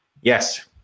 yes